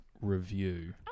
review